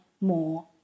more